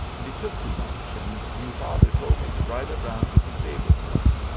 and he took too much, and me father told me to drive it round to the stable for him.